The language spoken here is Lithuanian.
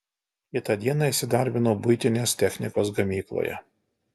kitą dieną įsidarbinau buitinės technikos gamykloje